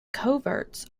coverts